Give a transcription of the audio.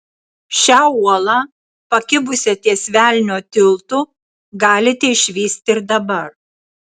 šią uolą pakibusią ties velnio tiltu galite išvysti ir dabar